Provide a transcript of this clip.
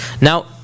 now